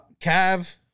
Cav